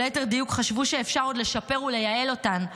או ליתר דיוק חשבו שאפשר עוד לשפר ולייעל אותן,